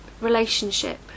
relationship